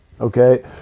Okay